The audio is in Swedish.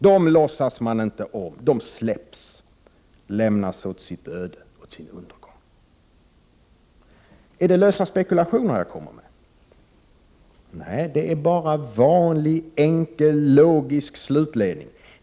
Dem låtsas ingen om, de släpps och lämnas åt sitt öde, åt sin undergång. Är det lösa spekulationer jag kommer med? Nej, det är bara vanlig enkel logisk slutledning.